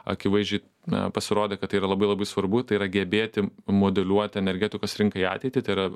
akivaizdžiai na pasirodė kad tai yra labai labai svarbu tai yra gebėti modeliuoti energetikos rinkai ateitį tai yra